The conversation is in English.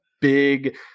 big